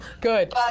Good